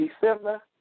December